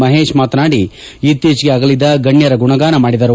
ಮಹೇಶ್ ಮಾತನಾದಿ ಇತ್ತೀಚೆಗೆ ಆಗಲಿದ ಗಣ್ಯರ ಗುಣಗಾನ ಮಾದಿದರು